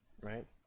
right